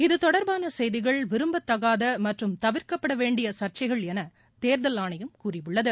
இத்தொடர்பான செய்திகள் விரும்பத்தகாத மற்றும் தவிர்க்கப்பட வேண்டிய சர்ச்சைகள் என தேர்தல் ஆணையம் கூறியுள்ளது